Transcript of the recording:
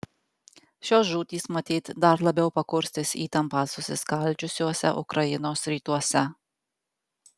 šios žūtys matyt dar labiau pakurstys įtampą susiskaldžiusiuose ukrainos rytuose